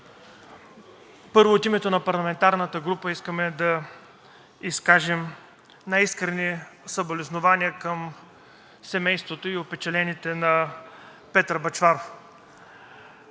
Първо от името на парламентарната група искам да изкажа най-искрени съболезнования към семейството и опечалените на Петър Бъчваров.